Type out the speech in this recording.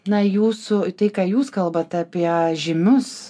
na jūsų tai ką jūs kalbat apie žymius